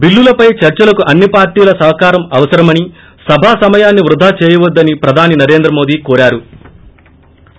చిల్లులపై చర్చలకు అన్ని పార్టీల సహకారం అవసరమని సభా సమయాన్ని వృధా చేయవద్దని ప్రధాని నరేంద్ర మోదీ కోరారు